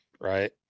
Right